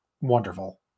wonderful